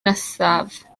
nesaf